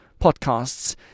podcasts